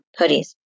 hoodies